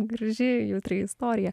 graži jautri istorija